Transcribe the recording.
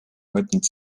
võtnud